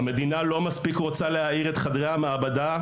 המדינה לא מספיק רוצה להאיר את חדרי המעבדה,